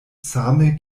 same